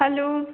hello